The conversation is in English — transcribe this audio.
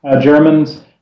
Germans